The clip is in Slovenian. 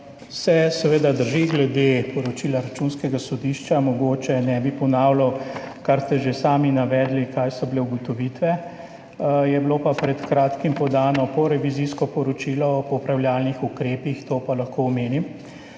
Seveda drži vse glede poročila Računskega sodišča, mogoče ne bi ponavljal, kar ste že sami navedli, kaj so bile ugotovitve, je bilo pa pred kratkim podano porevizijsko poročilo o popravljalnih ukrepih, to pa lahko omenim.